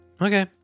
okay